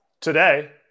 Today